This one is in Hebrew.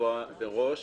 לקבוע מראש